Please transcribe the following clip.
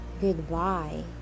Goodbye